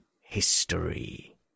history